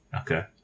Okay